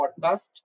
podcast